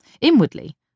Inwardly